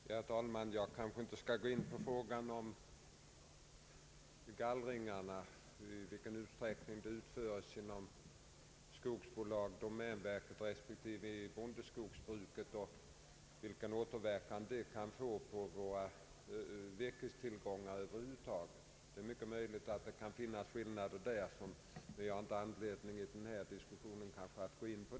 Herr talman! Jag skall inte här närmare gå in på frågan om i vilken utsträckning som gallringarna utförs av skogsbolag, domänverket eller genom bondeskogsbrukets försorg och vilken återverkan de kan få på våra virkestillgångar över huvud taget. Därvidlag kan vissa skillnader föreligga, men jag anser mig inte ha anledning att ta upp den frågan i den här diskussionen.